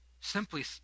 simply